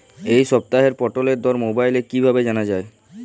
এই সপ্তাহের পটলের দর মোবাইলে কিভাবে জানা যায়?